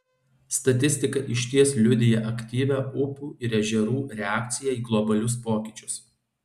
statistika išties liudija aktyvią upių ir ežerų reakciją į globalius pokyčius